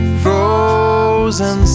frozen